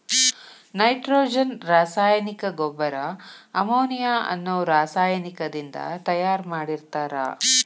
nitrogen ರಾಸಾಯನಿಕ ಗೊಬ್ಬರ ammonia ಅನ್ನೋ ರಾಸಾಯನಿಕದಿಂದ ತಯಾರ್ ಮಾಡಿರ್ತಾರ